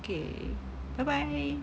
okay bye bye